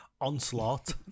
Onslaught